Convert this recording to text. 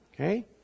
Okay